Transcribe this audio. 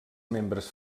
membres